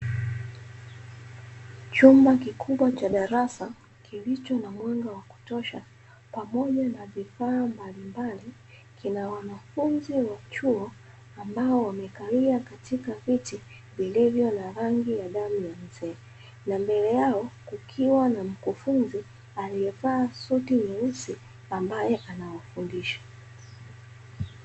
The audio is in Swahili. Chumba kikubwa cha darasa kilicho na mwanga wa kutosha pamoja na vifaa mbalimbali, kina wanafunzi wa chuo ambao wamekalia katika viti vilivyo na rangi ya damu ya mzee, na mbele yao kukiwa na mkufunzi aliyevaa suti nyeusi ambae anawafundisha.